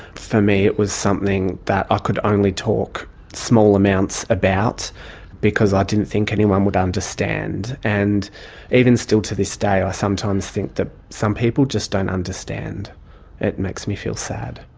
for me it was something that i could only talk small amounts about because i didn't think anyone would understand and even still to this day i sometimes think that some people just don't understand it makes me feel sad.